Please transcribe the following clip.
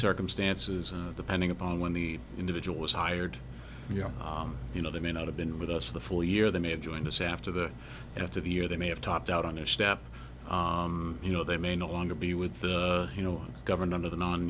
circumstances depending upon when the individual was hired you know you know they may not have been with us the full year they may have joined us after the after the year they may have topped out on a step you know they may no longer be with you know governed under the non